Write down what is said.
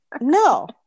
No